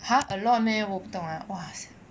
!huh! a lot meh 我不懂 lah !wah!